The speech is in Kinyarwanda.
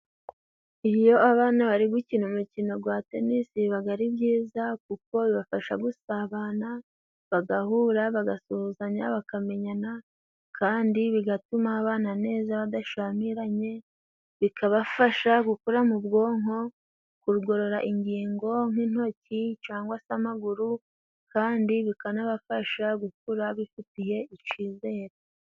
Iyo abana bari gukina umukino gwa tenisi bibaga ari byiza kuko bibafasha gusabana bagahura bagasuhuzanya bakamenyana kandi bigatuma babana neza badashamiranye bikabafasha gukura mu bwonko kugorora ingingo nk'intoki cyangwa se amaguru kandi bikanabafasha gukura bifitiye icizere.